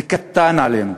זה קטן עלינו.